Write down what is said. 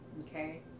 okay